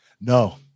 No